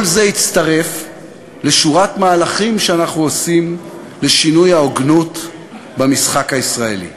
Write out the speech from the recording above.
כל זה יצטרף לשורת מהלכים שאנחנו עושים לשינוי ההוגנות במשחק הישראלי.